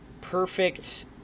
perfect